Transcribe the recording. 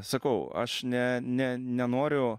sakau aš ne ne nenoriu